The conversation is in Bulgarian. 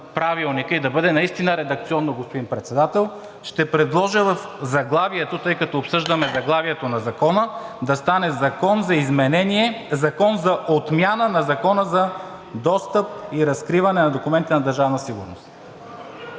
Правилника и да бъде наистина редакционно, господин Председател, ще предложа в заглавието, тъй като обсъждаме заглавието на Закона, да стане от „Закон за изменение“ в „Закон за отмяна на Закона за достъп и разкриване на документите на